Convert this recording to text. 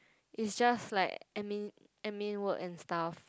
is just like admin admin work and stuff